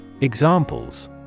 Examples